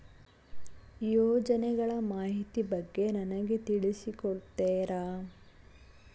ಯೋಜನೆಗಳ ಮಾಹಿತಿ ಬಗ್ಗೆ ನನಗೆ ತಿಳಿಸಿ ಕೊಡ್ತೇರಾ?